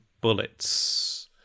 bullets